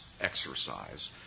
exercise